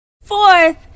Fourth